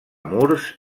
murs